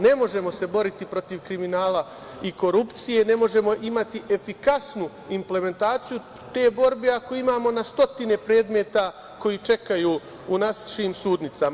Ne možemo se boriti protiv kriminala i korupcije, ne možemo imati efikasnu implementaciju te borbe ako imamo na stotine predmeta koji čekaju u našim sudnicama.